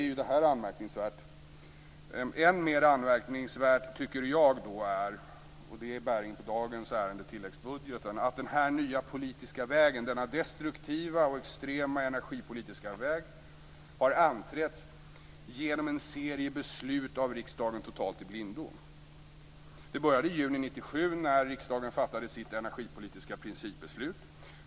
Jag tycker att det är än mer anmärkningsvärt - och det har bäring på dagens ärende tilläggsbudgeten - att den här nya politiska vägen, denna destruktiva och extrema energipolitiska väg, har anträtts genom en serie beslut av riksdagen totalt i blindo. Det började i juni 1997 när riksdagen fattade sitt energipolitiska principbeslut.